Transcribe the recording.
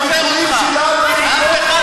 שהביקורים שלנו לא פרובוקטיביים.